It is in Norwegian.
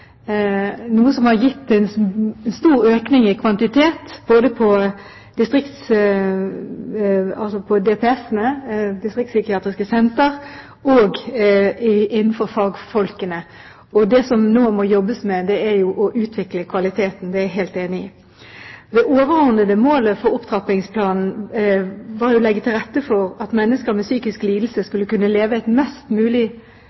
noe som har gitt en stor økning i kvantitet både på DPS-ene – de distriktspsykiatriske sentrene – og når det gjelder fagfolk. Det man nå må jobbe med, er å utvikle kvaliteten – det er jeg helt enig i. Det overordnede målet for opptrappingsplanen var å legge til rette for at mennesker med psykisk lidelse skulle kunne leve et mest mulig